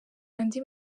andi